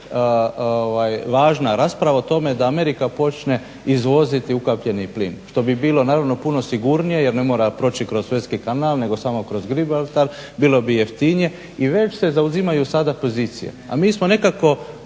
važna rasprava o tome da Amerika počne izvoziti ukapljeni plin što bi bilo naravno puno sigurnije jer ne mora proći kroz Sueski kanal, nego samo kroz Gibraltar. Bilo bi jeftinije i već se zauzimaju sada pozicije, a mi smo nekako